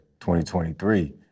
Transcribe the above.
2023